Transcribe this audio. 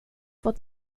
fått